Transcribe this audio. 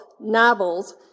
novels